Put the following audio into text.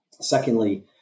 Secondly